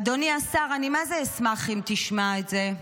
אדוני השר, אני מה זה אשמח אם תשמע את זה.